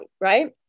right